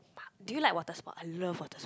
do you like water sport I love water